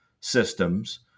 systems